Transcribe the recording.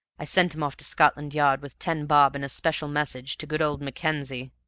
i sent him off to scotland yard with ten bob and a special message to good old mackenzie.